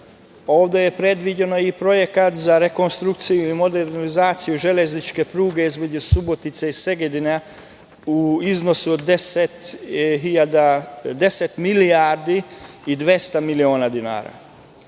dinara. Predviđen je i projekat za rekonstrukciju i modernizaciju železničke pruge između Subotice i Segedina, u iznosu od 10 milijardi i 200 miliona dinara.